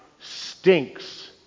stinks